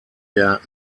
der